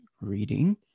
reading